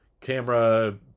camera